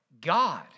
God